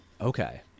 Okay